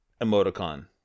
emoticon